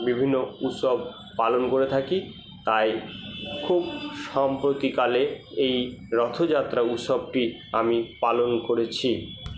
বিভিন্ন উৎসব পালন করে থাকি তাই খুব সম্প্রতিকালে এই রথযাত্রা উৎসবটি আমি পালন করেছি